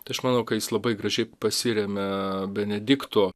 tai aš manau ką jis labai gražiai pasiremia benedikto